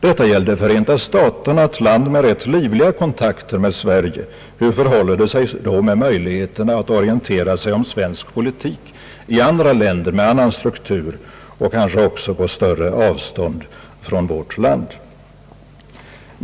Detta gällde Förenta staterna, ett land med rätt livliga kontakter med Sverige. Hur förhåller det sig då med möjligheterna att orientera sig om svensk politik i andra länder med annan struktur och kanske på större avstånd från vårt land?